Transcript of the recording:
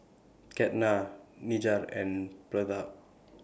Ketna Niraj and Pratap